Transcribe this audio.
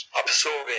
absorbing